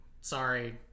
Sorry